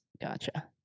Gotcha